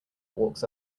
walks